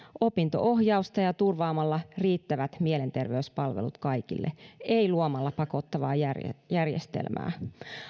opinto ohjausta ja turvaamalla riittävät mielenterveyspalvelut kaikille ei luomalla pakottavaa järjestelmää järjestelmää